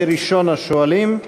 יהיה ראשון השואלים.